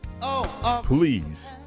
please